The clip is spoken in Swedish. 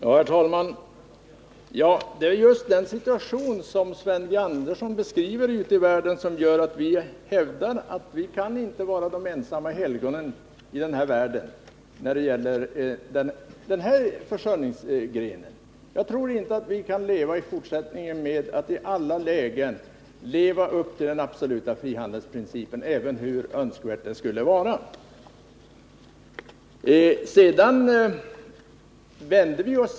Herr talman! Det är just den situation ute i världen som Sven G. Andersson beskriver som gör att vi hävdar att vi i Sverige inte kan vara ensamma helgon i den här världen när det gäller denna försörjningsgren. Jag tror inte att vi kan klara av att i fortsättningen leva upp till den absoluta frihandelsprincipen i alla lägen, hur önskvärt detta än skulle vara.